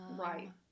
Right